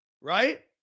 Right